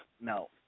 no